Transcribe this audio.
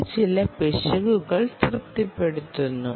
ഇത് ചില പിശകുകൾ തൃപ്തിപ്പെടുത്തുന്നു